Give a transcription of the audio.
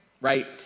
right